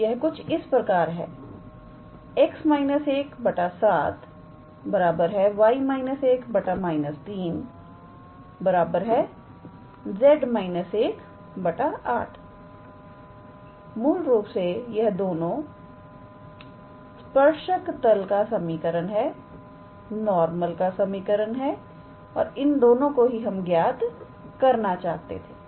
और यह कुछ इस प्रकार है 𝑋−1 7 𝑌−1 −3 𝑍−1 8 मूल रूप से यह दोनों यह स्पर्शक तल का समीकरण है नॉर्मल का समीकरण है और इन दोनों को ही हमें ज्ञात करना चाहते थे